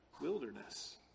wilderness